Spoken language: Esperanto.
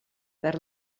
per